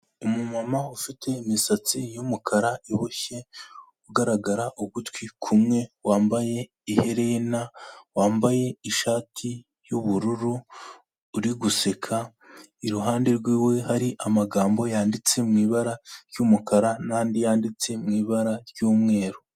Umumama ufite imisatsi y'umukara iboshye ugaragara ugutwi kumwe, wambaye iherena, wambaye ishati y'ubururu uri guseka, iruhande rwiwe hari amagambo yanditse mu ibara ry'umukara n'andi yanditse mu ibara ry'umweru.